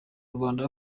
rwanda